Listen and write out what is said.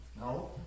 No